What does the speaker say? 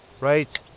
Right